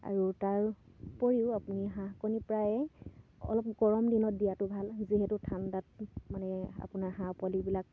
আৰু তাৰ উপৰিও আপুনি হাঁহ কণী প্ৰায়ে অলপ গৰম দিনত দিয়াটো ভাল যিহেতু ঠাণ্ডাত মানে আপোনাৰ হাঁহ পোৱালিবিলাক